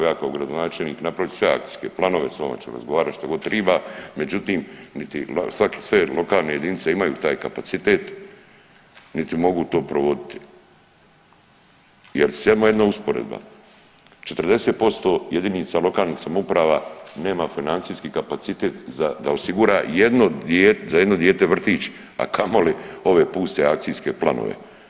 Ja kao gradonačelnik napravit ću sve akcijske planove, s vama ću razgovarati što god triba, međutim sve lokalne jedinice imaju taj kapacitet niti mogu to provoditi. … ima jedna usporedba 40% jedinica lokalnih samouprava nema financijski kapacitet da osigura za jedno dijete vrtić, a kamoli ove puste akcijske planove.